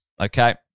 okay